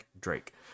Drake